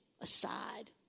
aside